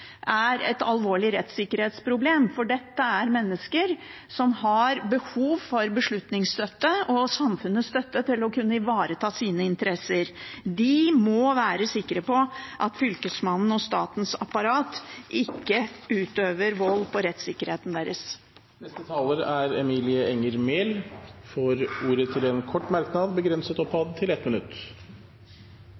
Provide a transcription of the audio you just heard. er et alvorlig rettssikkerhetsproblem, for dette er mennesker som har behov for beslutningsstøtte og samfunnets støtte til å kunne ivareta sine interesser. De må være sikre på at Fylkesmannen og statens apparat ikke utøver vold overfor rettssikkerheten deres. Representanten Emilie Enger Mehl har hatt ordet to ganger tidligere og får ordet til en kort merknad, begrenset